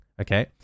okay